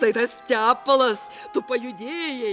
tai tas tepalas tu pajudėjai